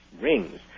Rings